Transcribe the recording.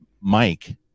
Mike